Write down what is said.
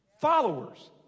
Followers